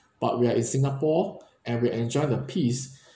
but we are in singapore and we enjoy the peace